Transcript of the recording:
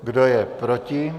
Kdo je proti?